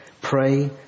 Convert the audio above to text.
Pray